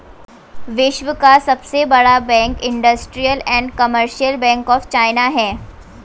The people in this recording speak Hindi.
विश्व का सबसे बड़ा bank industrial and commercial bank of China है